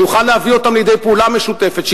שיוכל להביא אותם לידי פעולה משותפת,